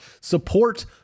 support